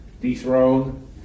dethroned